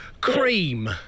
Cream